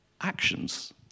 actions